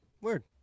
word